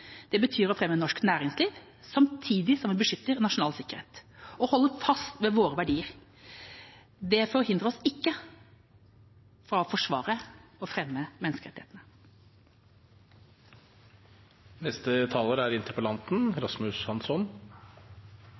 Det betyr å fremme norsk næringsliv samtidig som vi beskytter vår nasjonale sikkerhet og holder fast på våre verdier. Det forhindrer oss ikke i å forsvare og fremme